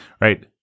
right